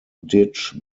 ditch